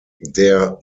der